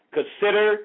Consider